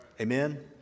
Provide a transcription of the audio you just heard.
amen